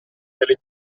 delle